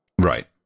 Right